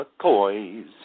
McCoys